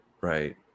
right